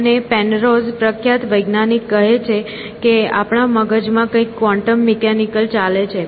અને પેનરોઝ પ્રખ્યાત વૈજ્ઞાનિક કહે છે કે આપણા મગજમાં કંઈક ક્વોન્ટમ મિકેનિકલ ચાલે છે